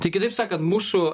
tai kitaip sakant mūsų